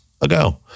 ago